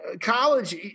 college